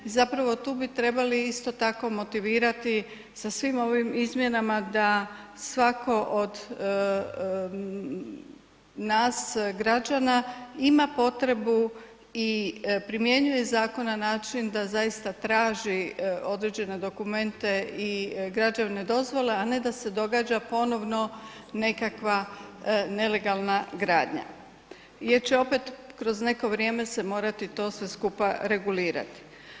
Zapravo tu bi trebali isto tako motivirati sa svim ovim izmjenama da svatko od nas građana ima potrebu i primjenjuje zakon na način da zaista traži određene dokumente i građevne dozvole a ne da se događa ponovno nekakva nelegalna gradnja jer će opet kroz neko vrijeme se morati to sve skupa regulirati.